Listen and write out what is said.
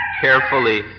carefully